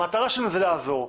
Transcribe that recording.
המטרה שלהן זה לעזור,